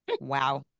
Wow